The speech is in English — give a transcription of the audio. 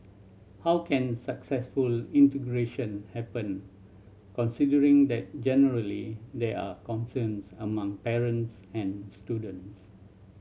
how can successful integration happen considering that generally there are concerns among parents and students